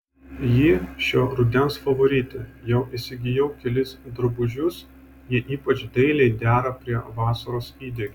ji šio rudens favoritė jau įsigijau kelis drabužius jie ypač dailiai dera prie vasaros įdegio